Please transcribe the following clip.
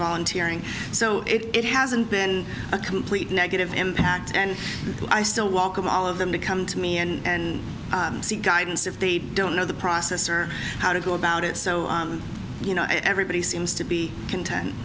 volunteering so it hasn't been a complete negative impact and i still walk of all of them to come to me and seek guidance if they don't know the process or how to go about it so you know everybody seems to be content